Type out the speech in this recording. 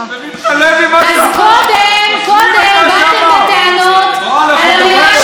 ועכשיו חבר הכנסת ממפלגתכם מדבר בדיוק אותו דבר.